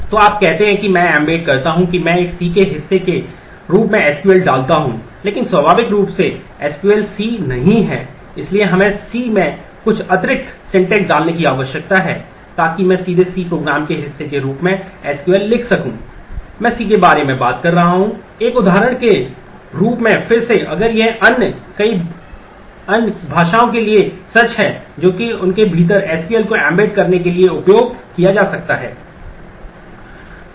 तो आप कहते हैं कि मैं एम्बेड करता हूं कि मैं C के हिस्से के रूप में एसक्यूएल को एम्बेड करने के लिए उपयोग किया जा सकता है